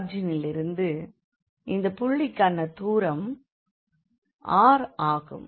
ஆரிஜினிலிருந்து இந்தப் புள்ளிக்கான தூரம் rஆகும்